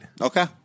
Okay